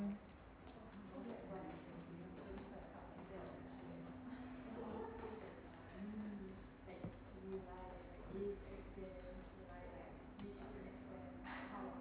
mm